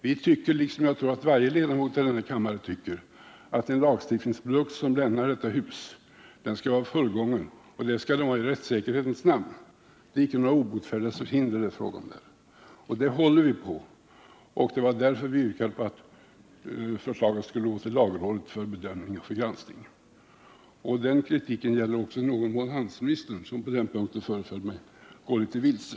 Vi, liksom jag tror varje ledamot av denna kammare, tycker att en lagstiftningsprodukt som lämnar detta hus i rättssäkerhetens namn skall vara fullgången. Det är alltså inte fråga om något den obotfärdiges förhinder. Att en lagstiftning skall vara sådan jag här sagt håller vi på, och därför har vi yrkat att förslaget skulle gå till lagrådet för granskning. Den kritiken gäller också i någon mån handelsministern, som på den punkten föreföll mig gå något vilse.